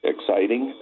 Exciting